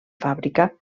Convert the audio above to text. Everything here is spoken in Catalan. fàbrica